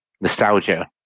nostalgia